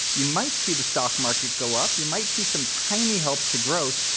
you might see the stock market go up. you might see some tiny help to growth,